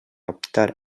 optar